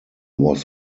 was